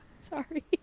Sorry